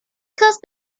caused